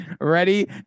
Ready